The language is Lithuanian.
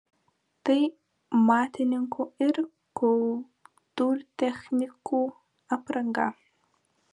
tai matininkų ir kultūrtechnikų apranga